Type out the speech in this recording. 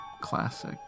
classic